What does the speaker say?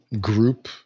group